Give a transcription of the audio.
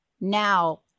now